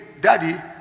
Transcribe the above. daddy